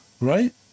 right